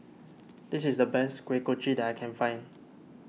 this is the best Kuih Kochi that I can find